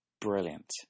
Brilliant